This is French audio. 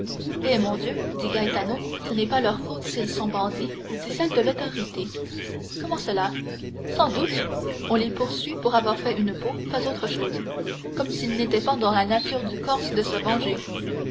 eh mon dieu dit gaetano ce n'est pas leur faute s'ils sont bandits c'est celle de l'autorité comment cela sans doute on les poursuit pour avoir fait une peau pas autre chose comme s'il n'était pas dans la nature du corse de se venger